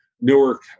Newark